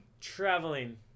traveling